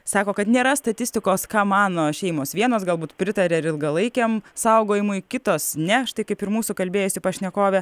sako kad nėra statistikos ką mano šeimos vienos galbūt pritaria ir ilgalaikiam saugojimui kitos ne štai kaip ir mūsų kalbėjusi pašnekovė